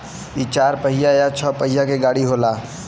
इ चार पहिया या छह पहिया के गाड़ी होला